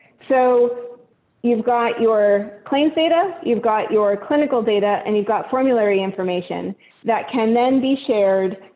so you've got your claims data you've got your clinical data and you've got formulary information that can then be shared.